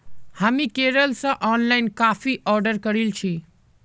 हामी केरल स ऑनलाइन काफी ऑर्डर करील छि